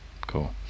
cool